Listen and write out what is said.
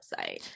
website